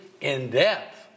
in-depth